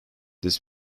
this